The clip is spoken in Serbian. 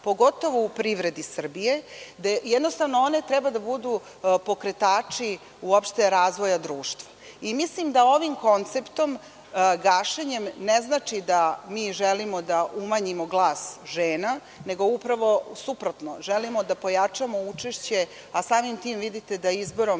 pogotovo u privredi Srbije, gde jednostavno one treba da budu pokretači uopšte razvoja društva. Mislim da ovim konceptom, gašenjem, ne znači da mi želimo da umanjimo glas žena, nego upravo suprotno. Želimo da pojačamo učešće. Samim tim, vidite da je izborom